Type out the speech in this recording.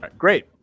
Great